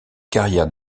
carrière